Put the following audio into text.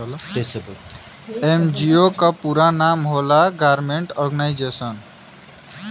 NGO क पूरा नाम होला नान गवर्नमेंट और्गेनाइजेशन